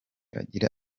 agira